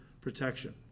protection